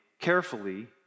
Carefully